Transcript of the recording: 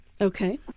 Okay